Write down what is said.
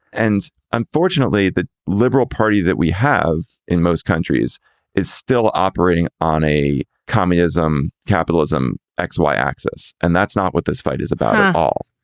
and unfortunately, the liberal party that we have in most countries is still operating on a communism capitalism x y axis. and that's not what this fight is about all.